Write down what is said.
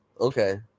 Okay